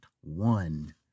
one